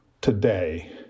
today